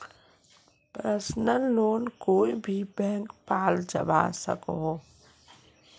personal loan कोए भी बैंकोत पाल जवा सकोह